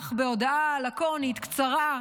כך בהודעה לקונית, קצרה,